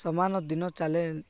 ସମାନ ଦିନ ଚାଲେ